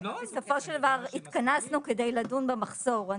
בסופו של דבר התכנסנו לדון במחסור.